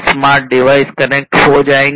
smart device connect हो जाएंगे